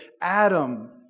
Adam